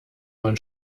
man